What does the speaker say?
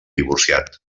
divorciat